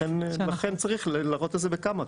לכן צריך להראות את זה בכמה,